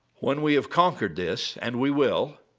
when we have conquered this and we will